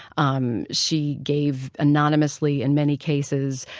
um she gave anonymously in many cases,